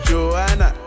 Joanna